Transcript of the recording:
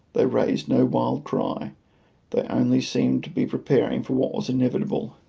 they raised no wild cry they only seemed to be preparing for what was inevitable